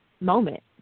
moment